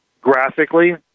graphically